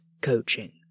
coaching